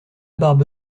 barbe